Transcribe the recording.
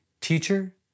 teacher